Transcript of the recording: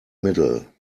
middle